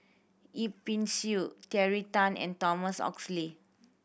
Yip Pin Xiu Terry Tan and Thomas Oxley